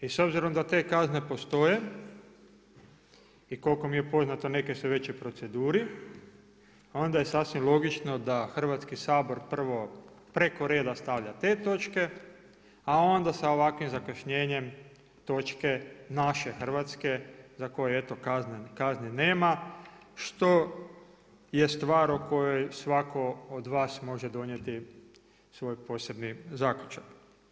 I s obzirom da te kazne postoje i koliko mi je poznato neke su već i u proceduri, onda je sasvim logično da Hrvatski sabor preko reda stavlja te točke, a onda sa ovakvim zakašnjenjem točke naše hrvatske za koje je eto kazni nema što je stvar o kojoj svatko od vas može donijeti svoj posebni zaključak.